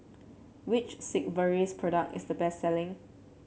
which Sigvaris product is the best selling